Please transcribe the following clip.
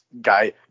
guy